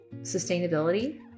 sustainability